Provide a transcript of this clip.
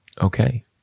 Okay